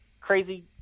crazy